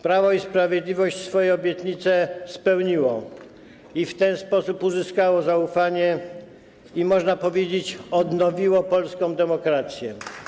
Prawo i Sprawiedliwość swoje obietnice spełniło i w ten sposób uzyskało zaufanie, i można powiedzieć: odnowiło polską demokrację.